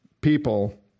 people